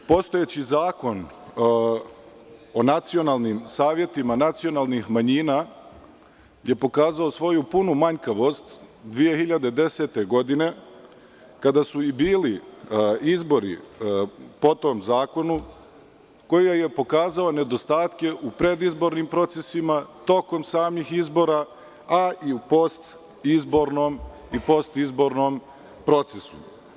Postojeći Zakon o nacionalnim savetima nacionalnih manjina je pokazao svoju punu manjkavost 2010. godine kada su i bili i zbori po tom zakonu, koji je pokazao nedostatke u predizbornim procesima, tokom samih izbora, a i u postizbornom procesu.